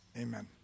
Amen